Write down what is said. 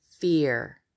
fear